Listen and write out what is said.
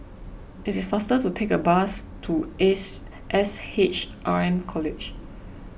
it is faster to take a bus to Ace S H R M College